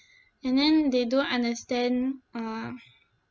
and then they don't understand uh